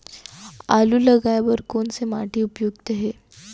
आलू लगाय बर कोन से माटी उपयुक्त हे?